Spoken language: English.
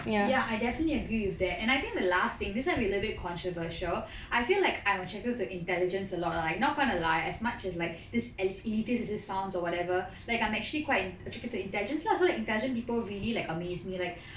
ya I definitely agree with that and I think the last thing this one will be little bit controversial I feel like I'm attracted to intelligence a lot lah I'm not going to lie as much as like this as elitist as this sounds or whatever like I'm actually quite attracted to intelligence lah so the intelligent people really like amazed me like